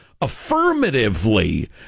affirmatively